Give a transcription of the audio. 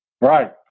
Right